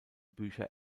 bücher